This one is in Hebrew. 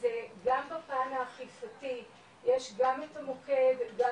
אז גם בפן האכיפתי יש גם את המוקד וגם